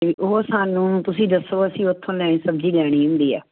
ਅਤੇ ਉਹ ਸਾਨੂੰ ਤੁਸੀਂ ਦੱਸੋ ਅਸੀਂ ਉਥੋਂ ਨਵੀਂ ਸਬਜ਼ੀ ਲੈਣੀ ਹੁੰਦੀ ਆ